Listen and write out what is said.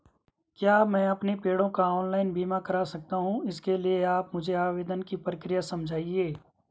क्या मैं अपने पेड़ों का ऑनलाइन बीमा करा सकता हूँ इसके लिए आप मुझे आवेदन की प्रक्रिया समझाइए?